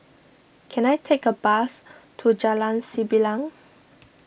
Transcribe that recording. can I take a bus to Jalan Sembilang